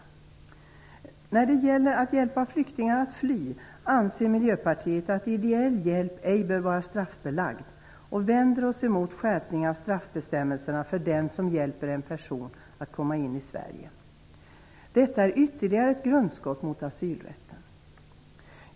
Miljöpartiet de gröna anser att ideell hjälp när det gäller att hjälpa flyktingar att fly ej bör vara straffbelagd. Vi i Miljöpartiet vänder oss emot en skärpning av straffbestämmelserna för den som hjälper en person att komma in i Sverige. Detta är ytterligare ett grundskott mot asylrätten.